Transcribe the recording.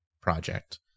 project